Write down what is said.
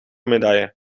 medaille